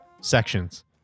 sections